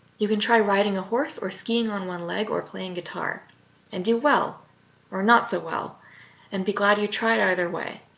you can try riding a horse or skiing on one leg or playing guitar and do well or not so well and be glad you tried either way.